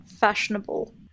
fashionable